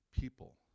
people